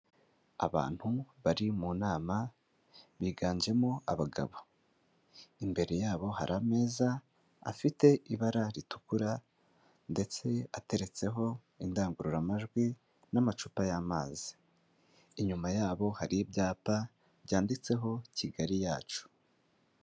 Abantu bari mu nama biganjemo abagabo, imbere yabo hari ameza afite ibara ritukura ndetse ateretseho indangururamajwi n'amacupa y'amazi, inyuma yabo hari ibyapa byanditseho Kigali yacu.